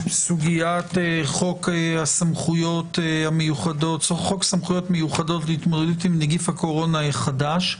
בסוגית חוק סמכויות מיוחדות להתמודדות עם נגיף הקורונה החדש.